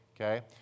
Okay